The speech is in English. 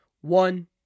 One